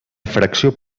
fracció